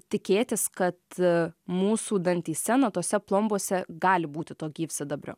tikėtis kad mūsų dantys na tose plombose gali būti to gyvsidabrio